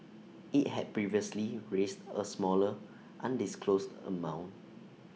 IT had previously raised A smaller undisclosed amount